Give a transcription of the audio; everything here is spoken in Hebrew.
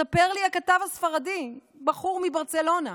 מספר לי הכתב הספרדי, בחור מברצלונה,